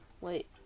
Wait